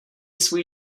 svůj